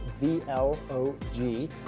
V-L-O-G